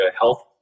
health